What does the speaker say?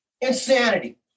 insanity